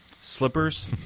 Slippers